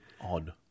Odd